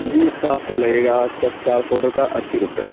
جی اس کا آپ کو لگے گا چار فوٹو کا اسّی روپئے